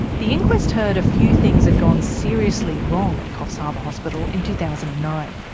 the inquest heard a few things had gone seriously wrong at coffs harbour hospital in two thousand and nine.